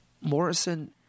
Morrison